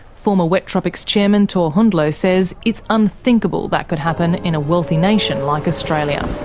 former wet tropics chairman tor hundloe says it's unthinkable that could happen in a wealthy nation like australia.